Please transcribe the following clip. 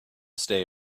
stay